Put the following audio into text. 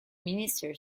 minister